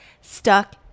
stuck